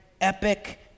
epic